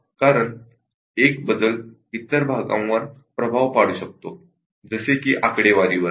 कारण एक बदल इतर भागावर प्रभाव पाडू शकतो जसे की आकडेवारीवर